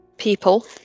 people